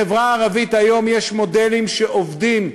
בחברה הערבית היום יש מודלים שעובדים,